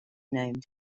named